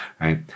right